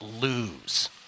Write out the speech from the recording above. lose